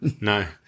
No